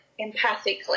empathically